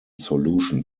solution